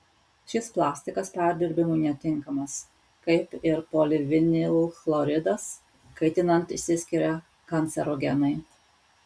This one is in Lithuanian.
šis plastikas perdirbimui netinkamas kaip ir polivinilchloridas kaitinant išsiskiria kancerogenai